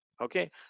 okay